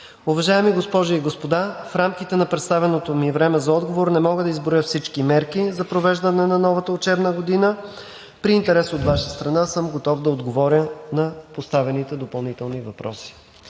Уважаеми госпожи и господа, в рамките на представеното ми време за отговор не мога да изброя всички мерки за провеждане на новата учебна година. При интерес от Ваша страна съм готов да отговоря на поставените допълнителни въпроси.